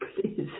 please